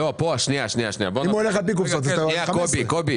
אם הוא הולך לפי קופסאות, זה צריך להיות 15. נכון.